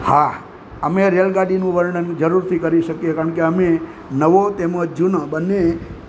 હા અમે રેલગાડીનું વર્ણન જરૂરથી કરી શકીએ કારણકે અમે નવો તેમજ જૂનો બંને